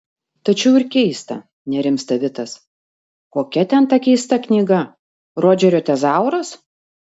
tačiau ir keista nerimsta vitas kokia ten ta keista knyga rodžerio tezauras